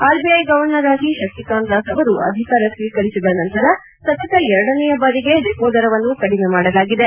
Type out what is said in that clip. RBI ಗವರ್ನರ್ಆಗಿ ಶಕ್ತಿಕಾಂತ್ ದಾಸ್ ಅವರು ಅಧಿಕಾರ ಸ್ತೀಕರಿಸಿದ ನಂತರ ಸತತ ಎರಡನೆಯ ಬಾರಿಗೆ ರೆಪೊ ದರವನ್ನು ಕಡಿಮೆ ಮಾಡಲಾಗಿದೆ